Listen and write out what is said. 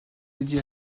dédié